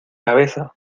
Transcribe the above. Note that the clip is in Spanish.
cabeza